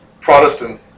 Protestant